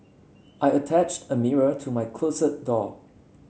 I attached a mirror to my closet door